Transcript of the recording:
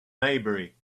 maybury